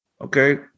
Okay